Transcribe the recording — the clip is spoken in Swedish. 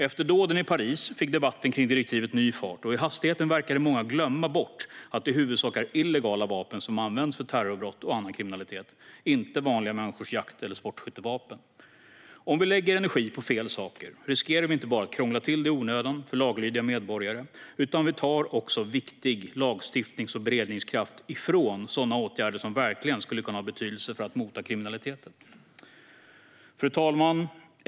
Efter dåden i Paris fick debatten om direktivet ny fart, och i hastigheten verkade många glömma bort att det i huvudsak är illegala vapen - inte vanliga människors jakt eller sportskyttevapen - som används för terrorbrott och annan kriminalitet. Om vi lägger energi på fel saker riskerar vi inte bara att krångla till det i onödan för laglydiga medborgare utan tar också viktig lagstiftnings och beredningskraft från sådana åtgärder som verkligen skulle kunna ha betydelse för att mota kriminaliteten. Fru talman!